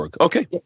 Okay